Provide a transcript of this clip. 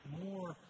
more